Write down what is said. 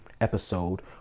episode